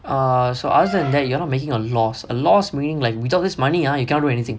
err so other than that you are not making a loss a loss meaning like without this money ah you can not do anything